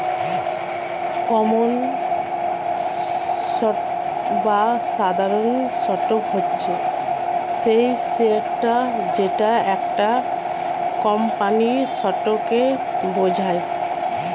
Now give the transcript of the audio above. common stock বা সাধারণ stock হচ্ছে সেই শেয়ারটা যেটা একটা কোম্পানির স্টককে বোঝায়